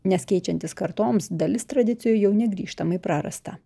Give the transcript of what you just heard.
nes keičiantis kartoms dalis tradicijų jau negrįžtamai prarasta